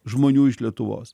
žmonių iš lietuvos